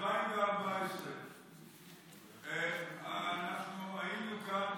ב-2014 אנחנו היינו כאן